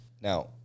now